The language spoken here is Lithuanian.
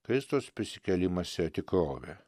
kristaus prisikėlimas yra tikrovė